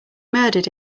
murdered